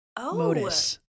modus